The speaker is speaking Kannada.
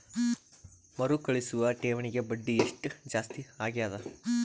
ಮರುಕಳಿಸುವ ಠೇವಣಿಗೆ ಬಡ್ಡಿ ಎಷ್ಟ ಜಾಸ್ತಿ ಆಗೆದ?